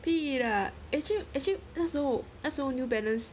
屁 ah actually actually 那时候那时候 New Balance